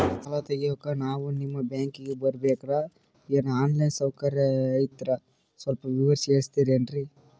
ಸಾಲ ತೆಗಿಯೋಕಾ ನಾವು ನಿಮ್ಮ ಬ್ಯಾಂಕಿಗೆ ಬರಬೇಕ್ರ ಏನು ಆನ್ ಲೈನ್ ಸೌಕರ್ಯ ಐತ್ರ ಸ್ವಲ್ಪ ವಿವರಿಸಿ ಹೇಳ್ತಿರೆನ್ರಿ?